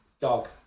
Dog